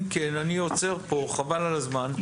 אם כן, אני עוצר פה, חבל על הזמן.